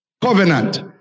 Covenant